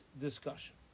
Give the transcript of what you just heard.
discussion